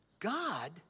God